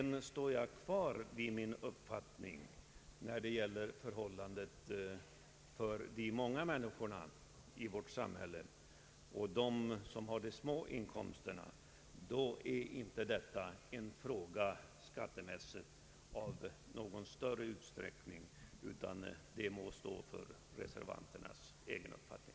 När det gäller de många människorna i vårt samhälle och särskilt dem som har små inkomster står jag kvar vid min uppfattning att för dem är inte detta i någon större utsträckning en aktuell skattefråga. Det må stå för reservanternas egen räkning.